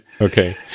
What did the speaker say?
Okay